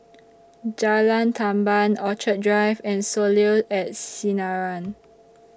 Jalan Tamban Orchid Drive and Soleil At Sinaran